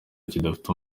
kidafite